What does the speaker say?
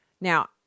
Now